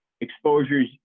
exposures